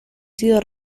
sido